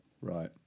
Right